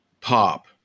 pop